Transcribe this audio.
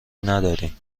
نداریم